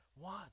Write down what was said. one